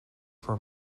for